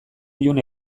ilun